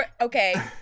Okay